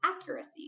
accuracy